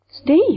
Steve